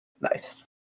Nice